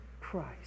Christ